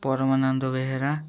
Paramananda Behera